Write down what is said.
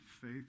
faith